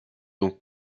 donc